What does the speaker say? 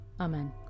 Amen